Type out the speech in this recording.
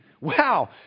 Wow